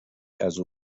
ازاو